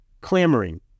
clamoring